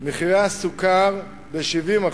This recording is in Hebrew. מחירי הסוכר ב-70%,